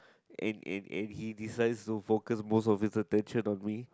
and and and he decides to focus most of his attention on me